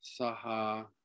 saha